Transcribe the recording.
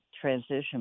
transition